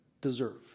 deserve